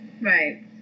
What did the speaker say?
right